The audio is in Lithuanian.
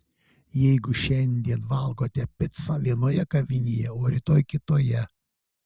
jeigu šiandien valgote picą vienoje kavinėje o rytoj kitoje